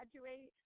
graduate